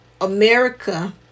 America